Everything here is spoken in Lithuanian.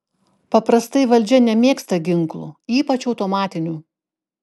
paprastai valdžia nemėgsta ginklų ypač automatinių